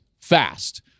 fast